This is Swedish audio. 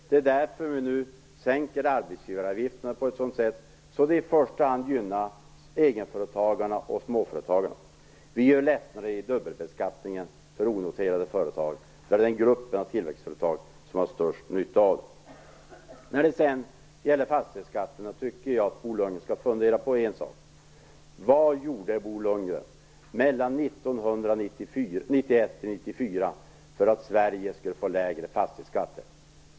Därför sänker vi nu arbetsgivaravgiften på ett sådant sätt att det i första hand gynnar egenföretagarna och småföretagarna. Vi gör lättnader i dubbelbeskattningen för onoterade företag. Det är den grupp av tillväxtföretag som har störst nytta av det. När det gäller fastighetsskatten, tycker jag att Bo Lundgren skall fundera över vad han gjorde mellan 1991 och 1994 för att Sverige skulle få lägre fastighetsskatter?